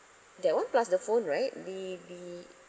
that one plus the phone right the the